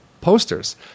posters